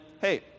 Hey